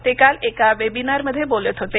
ते काल एका वेबिनारमध्ये बोलत होते